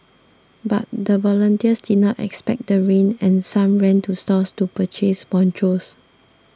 but the volunteers did not expect the rain and some ran to stores to purchase ponchos